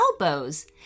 elbows